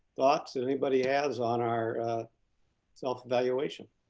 thoughts anybody has on our self-evaluation.